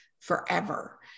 forever